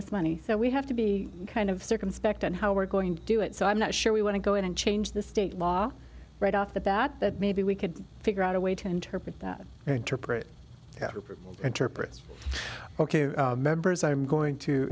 this money so we have to be kind of circumspect on how we're going to do it so i'm not sure we want to go in and change the state law right off the bat but maybe we could figure out a way to interpret that interpret that rupert and target ok members i'm going